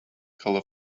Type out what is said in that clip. color